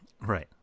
Right